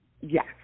yes